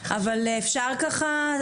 אבל אפשר ככה,